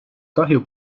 kahju